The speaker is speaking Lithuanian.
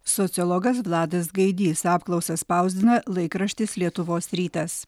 sociologas vladas gaidys apklausą spausdina laikraštis lietuvos rytas